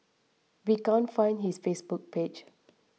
we can't find his Facebook page